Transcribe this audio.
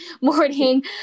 morning